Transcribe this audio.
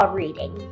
reading